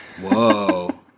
Whoa